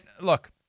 look